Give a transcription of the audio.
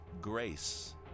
grace